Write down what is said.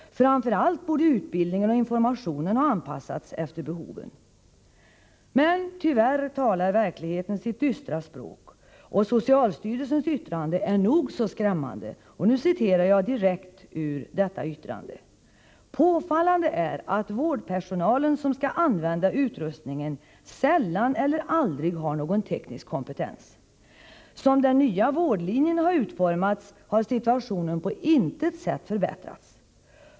Framför allt borde utbildningen och informationen ha anpassats efter behoven. Tyvärr talar verkligheten sitt dystra språk, och socialstyrelsens yttrande är nog så skrämmande: ”Påfallande är att vårdpersonalen, som skall använda utrustningen, sällan eller aldrig har någon teknisk kompetens. Som den nya vårdlinjen utformats har situationen på intet sätt förbättrats.